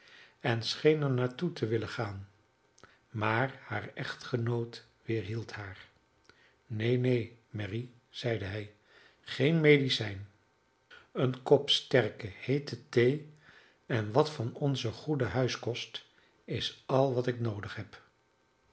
en scheen er naar toe te willen gaan maar haar echtgenoot weerhield haar neen neen mary zeide hij geen medicijn een kop sterke heete thee en wat van onzen goeden huiskost is al wat ik noodig heb